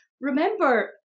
remember